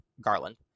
Garland